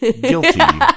guilty